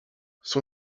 son